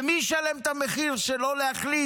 ומי ישלם את המחיר של לא להחליט?